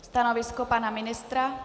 Stanovisko pana ministra?